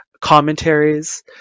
commentaries